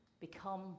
become